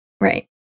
Right